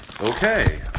Okay